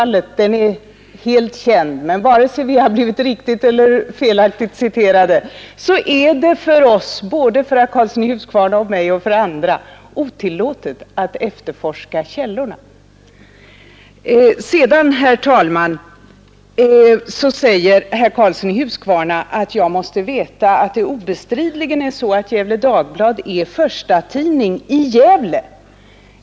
Min uppfattning i fråga om Gävlefallet är helt känd, men vare sig vi har blivit riktigt eller felaktigt refererade så är det både för herr Karlsson i Huskvarna och för mig och för andra otillåtet att efterforska källorna. Sedan, herr talman, säger herr Karlsson i Huskvarna att jag måste veta att Gefle Dagblad obestridligen är förstatidning i Gävle.